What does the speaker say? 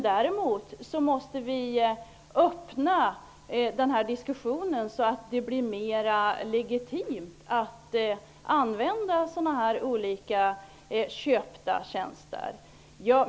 Däremot måste vi öppna diskussionen så att det blir mer legitimt att använda olika sådana köpta tjänster.